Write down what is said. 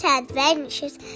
adventures